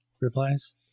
replies